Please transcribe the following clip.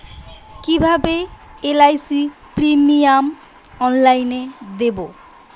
কিভাবে LIC premium অনলাইনে দেবো?